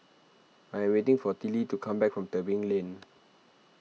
I am waiting for Tillie to come back from Tebing Lane